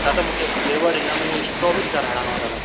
दादा मूंखे फ्लेवर इन में स्ट्रॉबेरी कराइणो आहे दादा